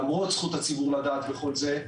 למרות זכות הציבור לדעת וכל זה.